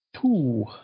Two